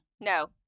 no